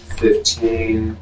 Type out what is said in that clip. fifteen